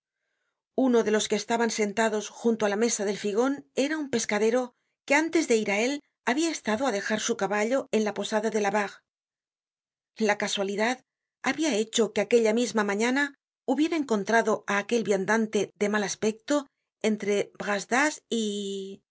uno de los que estaban sentados junto á la mesa del figon era un pescadero que antes de ir á él habia estado á dejar su caballo en la posada de labarre la casualidad habia hecho que aquella misma mañana hubiera encontrado á aquel viandante de mal aspecto entre bras d'asse y